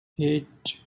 eight